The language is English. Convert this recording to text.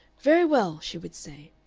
very well, she would say,